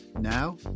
Now